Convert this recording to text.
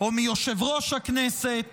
או מיושב-ראש הכנסת